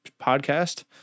podcast